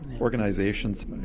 Organizations